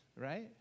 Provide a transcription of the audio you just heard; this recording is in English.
right